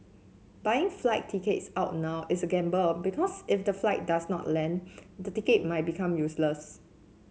buying flight tickets out now is a gamble because if the flight does not land the ticket might become useless